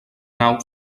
nau